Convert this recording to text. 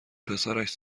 پسرش